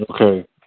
Okay